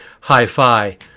hi-fi